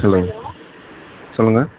hello சொல்லுங்கள்